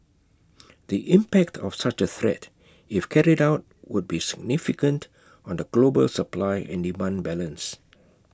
the impact of such A threat if carried out would be significant on the global supply and demand balance